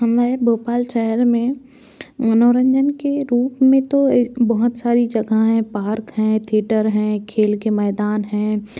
हमारे भोपाल शहर में मनोरंजन के रूप में तो एक बहुत सारी जगह हैं पार्क हैं थिएटर हैं खेल के मैदान हैं